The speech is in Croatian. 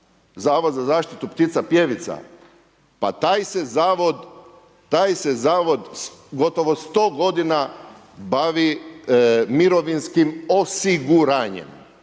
Zavod za zaštitu ptica pjevica? Pa taj se Zavod, taj se Zavod gotovo 100 godina bavi mirovinskim osiguranjem,